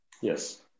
Yes